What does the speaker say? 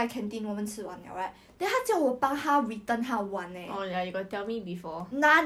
she always post the same one girl but I don't think they will be close not adele adele is not even her